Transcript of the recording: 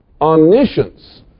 omniscience